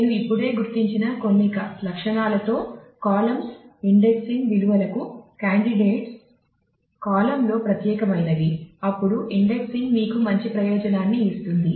నేను ఇప్పుడే గుర్తించిన కొన్ని లక్షణాలతో కాలమ్స్ ఇండెక్సింగ్ విలువలకు కాండిడేట్స్ కాలమ్లో ప్రత్యేకమైనవి అప్పుడు ఇండెక్సింగ్ మీకు మంచి ప్రయోజనాన్ని ఇస్తుంది